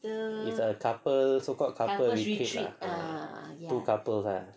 is a couple so called couple retreat ah two couples ah